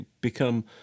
become